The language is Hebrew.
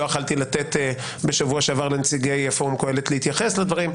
לא יכולתי לתת בשבוע שעבר לנציגי פורום קהלת להתייחס לדברים,